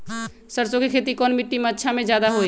सरसो के खेती कौन मिट्टी मे अच्छा मे जादा अच्छा होइ?